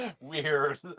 weird